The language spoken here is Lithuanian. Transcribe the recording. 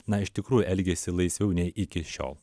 na iš tikrųjų elgiasi laisviau nei iki šiol